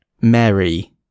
Mary